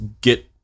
get